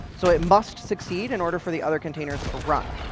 so it must succeed in order for the other containers to run.